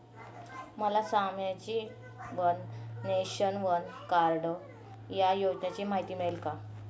मला सामाजिक one nation, one card या योजनेची माहिती मिळेल का?